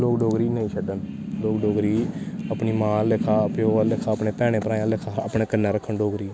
लोग डोगरी नेंई शड्डन लोग डोगरी अपनी मां आह्ला लेक्खा अपने प्यो आह्ला लेक्खा अपने भैन भ्राहें आह्ला लेक्खा अपनै कन्नै रक्खन डोगरी